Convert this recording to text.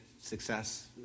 success